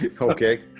Okay